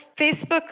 Facebook